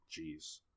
Jeez